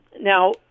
Now